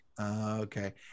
okay